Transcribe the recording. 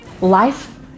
life